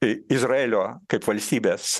izraelio kaip valstybės